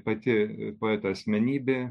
pati poeto asmenybė